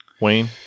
Wayne